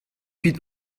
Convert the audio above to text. kuit